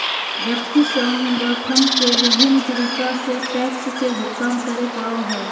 व्यक्ति संगठन के विभिन्न तरीका से टैक्स के भुगतान करे पड़ो हइ